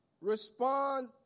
respond